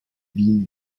wien